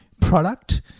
product